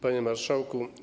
Panie Marszałku!